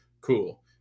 cool